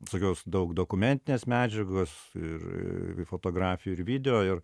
tokios daug dokumentinės medžiagos ir ir fotografijų ir video ir